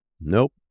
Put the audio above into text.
Nope